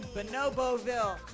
Bonoboville